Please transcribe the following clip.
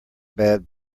bad